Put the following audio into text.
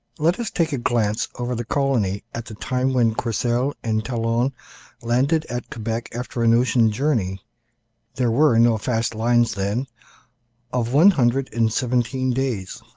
let us take a glance over the colony at the time when courcelle and talon landed at quebec after an ocean journey there were no fast lines then of one hundred and seventeen days.